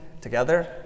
together